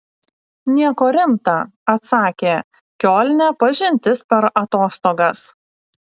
nieko rimta atsakė kiolne pažintis per atostogas